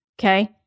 Okay